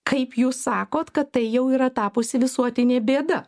kaip jūs sakot kad tai jau yra tapusi visuotinė bėda